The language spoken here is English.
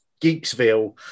Geeksville